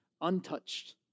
untouched